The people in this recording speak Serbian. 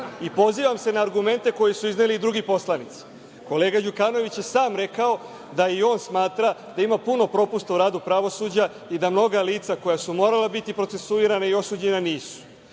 i pozivam se na argumente koje su izneli i drugi poslanici. Kolega Đukanović je sam rekao da i on smatra da ima puno propusta u radu pravosuđa i da mnoga lica koja su morala biti procesuirana i osuđena nisu.